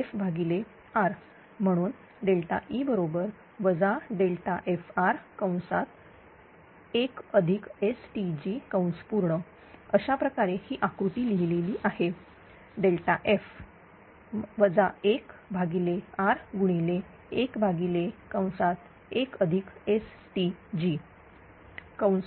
FR म्हणून ΔE ΔFR 1STg अशाप्रकारे ही आकृती लिहिलेली आहे ΔF 1R गुणिले 1 1STg